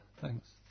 Thanks